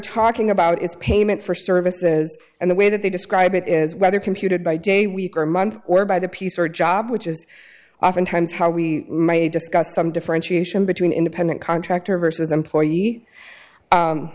talking about is payment for services and the way that they describe it is whether computed by day week or month or by the piece or job which is often times how we may discuss some differentiation between independent contractor